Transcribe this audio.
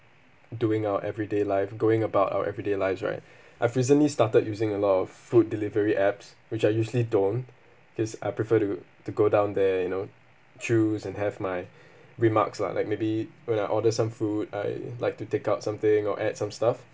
doing our everyday life going about our everyday lives right I've recently started using a lot of food delivery apps which I usually don't this I prefer to to go down there you know choose and have my remarks lah like maybe when I order some food I like to take out something or add some stuff